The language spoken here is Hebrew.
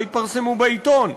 לא יתפרסמו בעיתון,